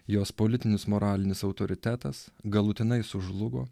jos politinis moralinis autoritetas galutinai sužlugo